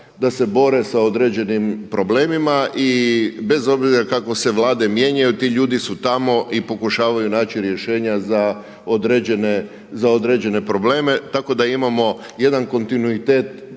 da se bore sa određenim problemima i bez obzira kako se vlade mijenjaju ti ljudi su tamo i pokušavaju naći rješenja za određene probleme. Tako da imamo jedan kontinuitet